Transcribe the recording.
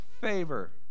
favor